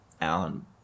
Alan